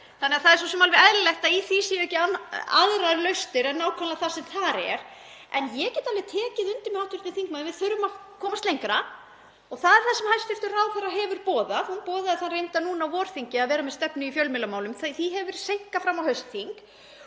Þannig að það er svo sem alveg eðlilegt að í því séu ekki aðrar lausnir en nákvæmlega það sem þar er. En ég get alveg tekið undir með hv. þingmanni að við þurfum að komast lengra. Og það er það sem hæstv. ráðherra hefur boðað. Hún boðaði það reyndar á vorþingi að vera með stefnu í fjölmiðlamálum en því hefur verið seinkað fram á haustþing.